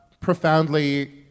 profoundly